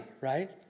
right